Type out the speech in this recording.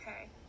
Okay